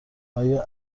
ایا